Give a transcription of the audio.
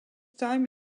time